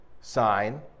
sign